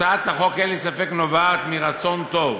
הצעת החוק, אין לי ספק, נובעת מרצון טוב,